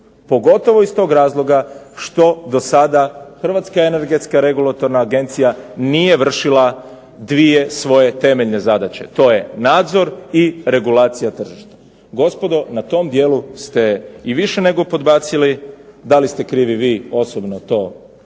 pogotovo iz tog razloga što do sada Hrvatska energetska regulatorna agencija nije vršila dvije svoje temeljne zadaće. To je nadzor i regulacija tržišta. Gospodo, na tom dijelu ste i više nego podbacili. Da li ste krivi vi osobno to